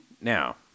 Now